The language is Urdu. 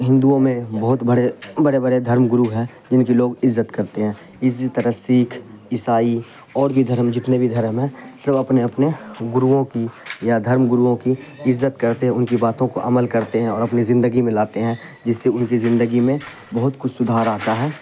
ہندوؤں میں بہت بڑے بڑے بڑے دھرم گرو ہیں جن کی لوگ عزت کرتے ہیں اسی طرح سکھ عیسائی اور بھی دھرم جتنے بھی دھرم ہیں سب اپنے اپنے گروؤں کی یا دھرم گروؤں کی عزت کرتے ہیں ان کی باتوں کو عمل کرتے ہیں اور اپنی زندگی میں لاتے ہیں جس سے ان کی زندگی میں بہت کچھ سدھار آتا ہے